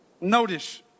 Notice